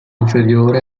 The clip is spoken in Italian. inferiore